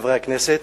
חברי הכנסת,